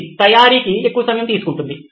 నితిన్ తయారీకి ఎక్కువ సమయం తీసుకుంటుంది